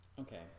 Okay